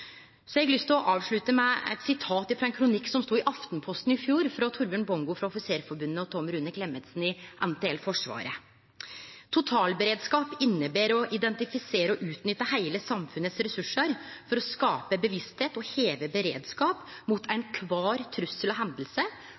Så har eg lyst til å avslutte med eit sitat frå ein kronikk som stod i Aftenposten i fjor, frå Torbjørn Bongo frå Offisersforbundet og Tom Rune Klemetsen i NTL Forsvaret: «Totalberedskap innebærer å identifisere og utnytte hele samfunnets ressurser for å skape bevissthet og heve beredskapen mot enhver type trussel og hendelse,